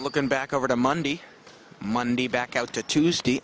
looking back over to monday monday back out to tuesday